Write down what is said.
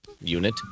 Unit